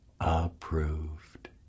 approved